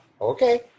okay